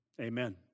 Amen